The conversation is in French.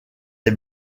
les